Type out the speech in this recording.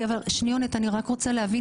--- אני רוצה להבין